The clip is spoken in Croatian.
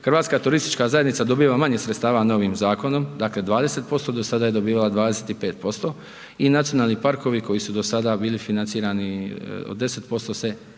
Hrvatska turistička zajednica dobiva manje sredstava novim zakonom, dakle 20% do sada je dobivala 25% i nacionalni parkovi koji su do sada bili financirani od 10% se brišu.